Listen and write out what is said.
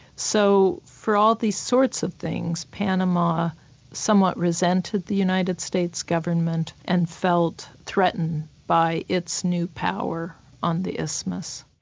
so for all these sorts of things, panama somewhat resented the united states government and felt threatened by its new power on the isthmus.